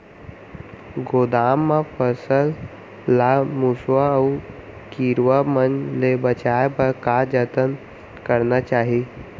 गोदाम मा फसल ला मुसवा अऊ कीरवा मन ले बचाये बर का जतन करना चाही?